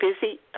busy